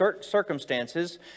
circumstances